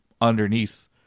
underneath